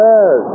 Yes